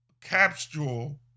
capsule